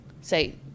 say